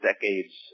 decades